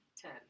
ten